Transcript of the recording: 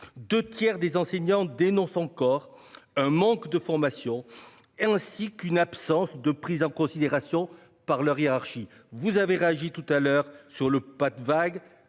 2 tiers des enseignants dénoncent encore un manque de formation. Ainsi qu'une absence de prise en considération par leur hiérarchie. Vous avez réagi tout à l'heure sur le pas de vague.